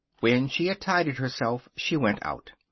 when she had tidied herself she went out.